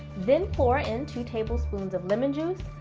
then pour in two tablespoons of lemon juice,